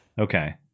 Okay